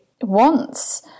wants